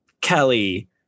Kelly